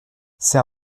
c’est